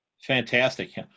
fantastic